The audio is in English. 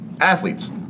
Athletes